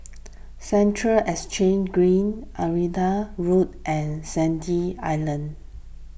Central Exchange Green Irrawaddy Road and Sandy Island